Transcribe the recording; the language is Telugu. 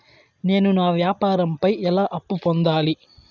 నేను నా వ్యాపారం పై ఎలా అప్పు పొందాలి?